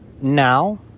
now